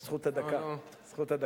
זכות הדקה, זכות הדקה.